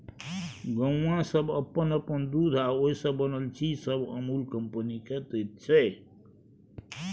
गौआँ सब अप्पन अप्पन दूध आ ओइ से बनल चीज सब अमूल कंपनी केँ दैत छै